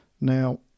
now